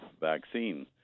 vaccine